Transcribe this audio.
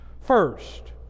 first